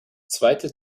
zweite